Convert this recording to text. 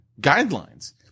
guidelines